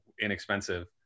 inexpensive